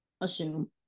Assume